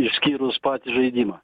išskyrus patį žaidimą